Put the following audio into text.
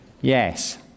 Yes